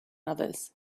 others